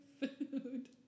food